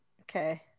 Okay